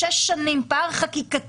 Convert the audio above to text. אני מניח שתכף תצטרף אלינו חברת הכנסת המציעה,